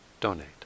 donate